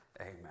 Amen